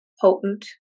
potent